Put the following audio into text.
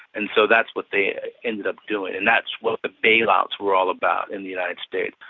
and so that's what they ended up doing. and that's what the bailouts were all about in the united states.